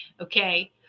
okay